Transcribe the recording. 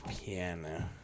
piano